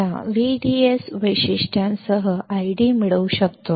च्या VDS वैशिष्ट्यांसह ID मिळवू शकतो